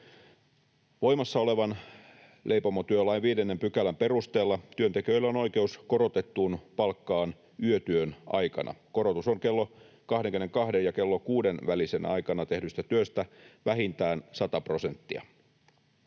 Voimassa olevan leipomotyölain 5 §:n perusteella työntekijöillä on oikeus korotettuun palkkaan yötyön aikana. Korotus on kello 22:n ja kello kuuden välisenä aikana tehdystä työstä vähintään 100 prosenttia.